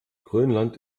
grönland